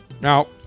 Now